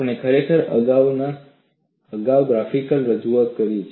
આપણે ખરેખર અગાઉ ગ્રાફિકલ રજૂઆત જોઈ છે